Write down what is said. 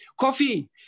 Coffee